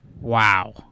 Wow